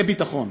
זה ביטחון.